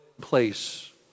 place